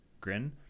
grin